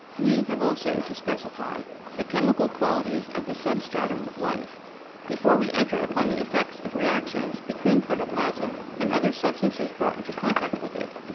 we have also to specify the chemical qualities of the substratum of life before we enter upon the effects of reactions between protoplasm and other substances brought into contact with it.